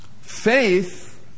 Faith